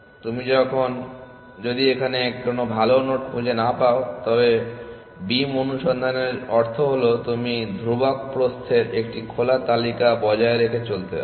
তুমি যদি এখানে একটি ভাল নোড খুঁজে না পাও তবে বিম অনুসন্ধানের অর্থ হল তুমি ধ্রুবক প্রস্থের একটি খোলা তালিকা বজায় রেখে চলতে হবে